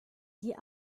die